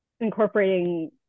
incorporating